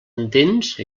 entens